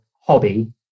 hobby